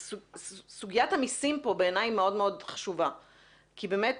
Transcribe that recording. סוגיית המסים פה בעיני מאוד חשובה כי באמת